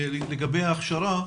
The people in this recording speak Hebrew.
לגבי ההכשרה,